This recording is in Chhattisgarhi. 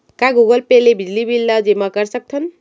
का गूगल पे ले बिजली बिल ल जेमा कर सकथन?